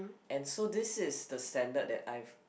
and so this is the standard that I've